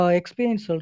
experience